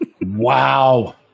Wow